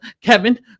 Kevin